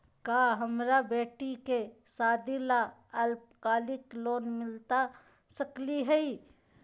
का हमरा बेटी के सादी ला अल्पकालिक लोन मिलता सकली हई?